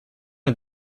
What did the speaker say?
est